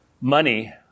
money